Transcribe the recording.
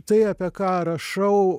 tai apie ką rašau